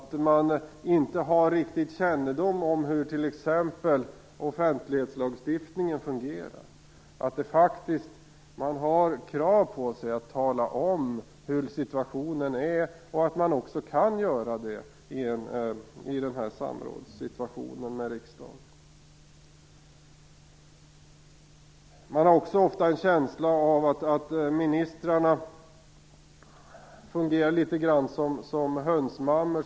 De har inte riktig kännedom om hur t.ex. offentlighetslagstiftningen fungerar. De har faktiskt krav på sig att tala om hur situationen är, och de kan också göra det i denna samrådssituation med riksdagen. Man har också ofta en känsla av att ministrarna fungerar litet grand som hönsmammor.